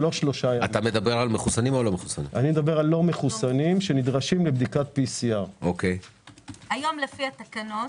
לא מחוסנים שנדרשים לבדיקת PCR. היום לפי התקנות,